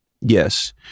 Yes